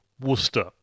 Worcester